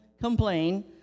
complain